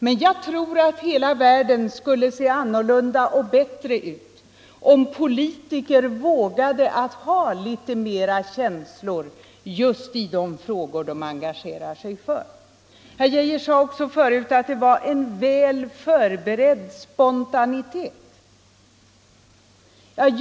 Men jag tror att hela världen skulle se annorlunda och bättre ut om politiker vågade ha litet mera känslor just i de frågor de engagerar sig för. Herr Geijer sade förut att det var en väl förberedd spontanitet bakom allmänhetens aktioner.